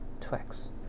Twix